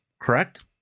correct